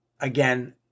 again